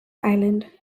island